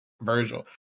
virgil